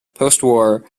postwar